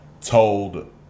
told